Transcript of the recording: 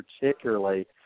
particularly